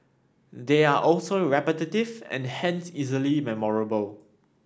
they are also repetitive and hence easily memorable